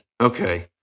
Okay